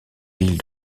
villes